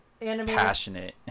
passionate